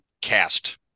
cast